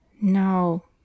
No